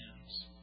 hands